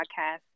Podcast